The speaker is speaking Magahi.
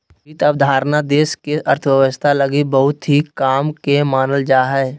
वित्त अवधारणा देश के अर्थव्यवस्था लगी बहुत ही काम के मानल जा हय